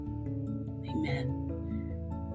Amen